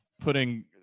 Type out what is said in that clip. putting